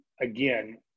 again